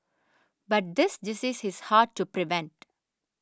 but this disease is hard to prevent